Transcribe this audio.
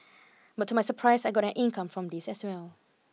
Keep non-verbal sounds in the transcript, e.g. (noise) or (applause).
but to my surprise I got an income from this as well (noise)